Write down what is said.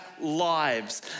lives